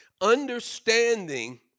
Understanding